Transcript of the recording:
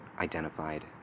identified